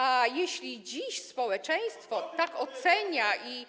A jeśli dziś społeczeństwo tak ocenia i